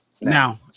Now